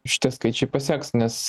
šitie skaičiai pasieks nes